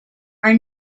are